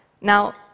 Now